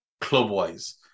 club-wise